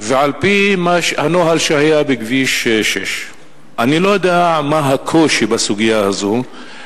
על-פי הנוהל שהיה בכביש 6. אני לא יודע מה הקושי בסוגיה הזאת,